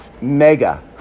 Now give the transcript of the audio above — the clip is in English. Mega